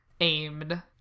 aimed